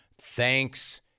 Thanks